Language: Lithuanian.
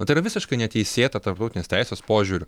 bet tai yra visiškai neteisėta tarptautinės teisės požiūriu